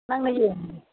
ꯅꯪꯅ